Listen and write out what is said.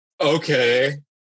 okay